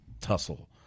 tussle